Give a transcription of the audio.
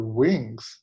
wings